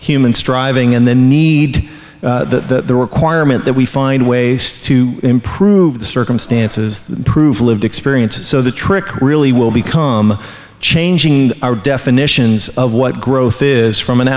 human striving and the need the requirement that we find ways to improve the circumstances prove lived experience so the trick really will become changing our definitions of what growth is from an